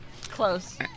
Close